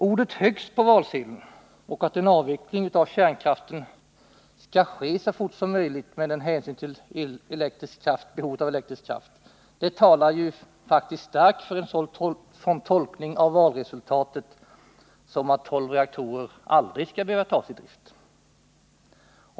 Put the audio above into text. Ordet ”högst” på valsedeln och påståendet att en avveckling av kärnkraften skall ske så fort det är möjligt, med hänsyn bl.a. till behovet av elektrisk kraft, talar faktiskt starkt för en sådan tolkning av valresultatet att tolv reaktorer aldrig skall behöva tas i drift.